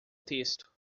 texto